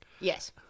Yes